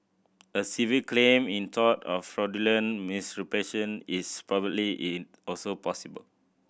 a civil claim in tort of fraudulent misrepresentation is probably in also possible